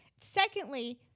Secondly